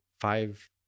five